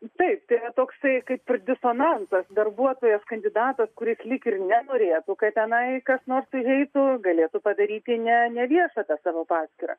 tai tai yra toksai kaip ir disonansas darbuotojos kandidatas kuris lyg ir nenorėtų kad tenai kas nors įeitų galėtų padaryti ne neviešą tą savo paskyrą